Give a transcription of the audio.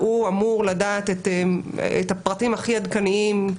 והוא אמור לדעת את הפרטים הכי עדכניים,